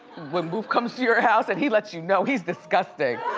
when boof comes to your house, and he lets you know. he's disgusting.